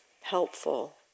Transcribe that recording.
helpful